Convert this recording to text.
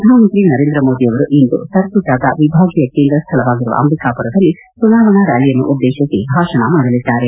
ಪ್ರಧಾನಮಂತ್ರಿ ನರೇಂದ್ರ ಮೋದಿಯವರು ಇಂದು ಸರ್ಗುಜಾದ ವಿಭಾಗೀಯ ಕೇಂದ್ರ ಸ್ಥಳವಾಗಿರುವ ಅಂಬಿಕಾಪುರದಲ್ಲಿ ಚುನಾವಣಾ ರ್ಯಾಲಿಯನ್ನು ಉದ್ದೇಶಿಸಿ ಭಾಷಣ ಮಾದಲಿದ್ದಾರೆ